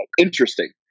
Interesting